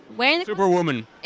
Superwoman